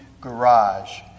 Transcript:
Garage